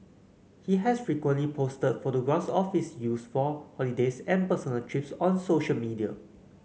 he has frequently posted photographs of its use for holidays and personal trips on social media